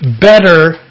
better